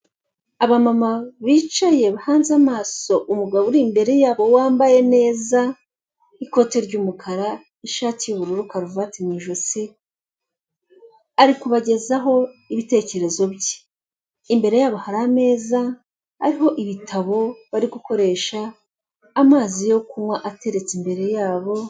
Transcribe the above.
Abamama bicaye bahanze amaso umugabo uri imbere yabo wambaye neza, ikote ry'umukara n'ishati y'ubururu, karuvati mu ijosi ari kubagezaho ibitekerezo bye, imbere yabo hari ameza ariho ibitabo bari gukoresha, amazi yo kunywa ateretse imbere yabo.